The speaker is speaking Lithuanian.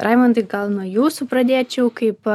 raimundai gal nuo jūsų pradėčiau kaip